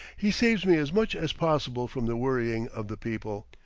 he saves me as much as possible from the worrying of the people.